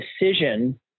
decision